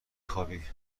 خوابی